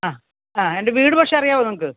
ആ ആ എൻ്റെ വീട് പക്ഷെ അറിയാമോ നിങ്ങൾക്ക്